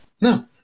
no